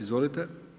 Izvolite.